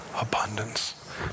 abundance